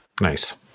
Nice